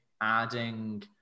adding